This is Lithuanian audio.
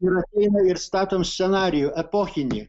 ir ateina ir statom scenarijų epochinį